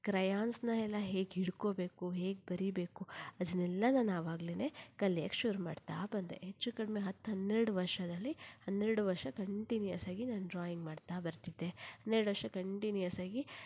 ಕ್ರಯಾನ್ಸನ್ನು ಎಲ್ಲ ಹೇಗೆ ಹಿಡ್ಕೋಬೇಕು ಹೇಗೆ ಬರೀಬೇಕು ಅದನ್ನೆಲ್ಲ ನಾನು ಆವಾಗ್ಲೇ ಕಲಿಯಕ್ಕೆ ಶುರು ಮಾಡ್ತಾ ಬಂದೆ ಹೆಚ್ಚು ಕಡಿಮೆ ಹತ್ತು ಹನ್ನೆರಡು ವರ್ಷದಲ್ಲಿ ಹನ್ನೆರಡು ವರ್ಷ ಕಂಟಿನ್ಯೂಅಸ್ ಆಗಿ ನಾನು ಡ್ರಾಯಿಂಗ್ ಮಾಡ್ತಾ ಬರ್ತಿದ್ದೆ ಹನ್ನೆರಡು ವರ್ಷ ಕಂಟಿನ್ಯೂಅಸ್ ಆಗಿ